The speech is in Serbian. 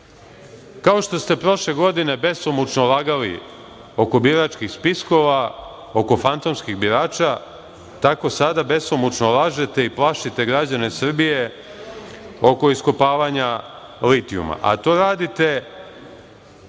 što ste prošle godine besomučno lagali oko biračkih spiskova, oko fantomskih birača, tako sada besomučno lažete i plašite građane Srbije oko iskopavanja litijuma, a to radite,